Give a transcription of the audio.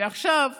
ועכשיו אמרו: